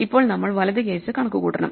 ഇപ്പോൾ നമ്മൾ വലത് കേസ് കണക്കുകൂട്ടണം